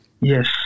yes